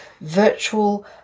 virtual